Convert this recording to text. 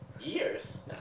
Years